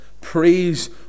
Praise